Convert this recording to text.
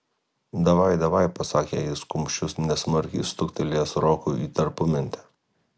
davai davaj pasakė jis kumščiu nesmarkiai stuktelėjęs rokui į tarpumentę